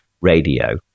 radio